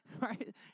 right